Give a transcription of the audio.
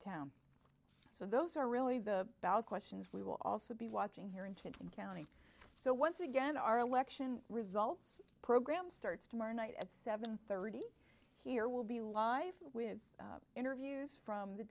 town so those are really the ballot questions we will also be watching here in trenton county so once again our election results program starts tomorrow night at seven thirty here will be live with interviews from the